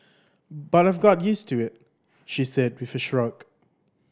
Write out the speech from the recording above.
but I've got used to it she said with a shrug